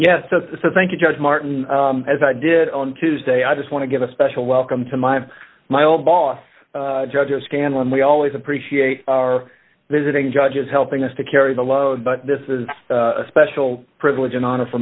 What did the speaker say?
yes thank you judge martin as i did on tuesday i just want to give a special welcome to my my old boss judge and scanlon we always appreciate our visiting judges helping us to carry the load but this is a special privilege an honor for